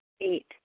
Eight